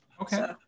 Okay